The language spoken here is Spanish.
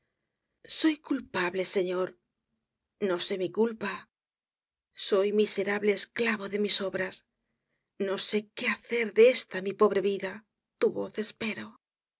soy culpable señor no sé mi culpa soy miserable esclavo de mis obras no só que hacer de esta mi pobre vida tu voz espero